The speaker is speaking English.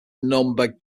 number